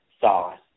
sauce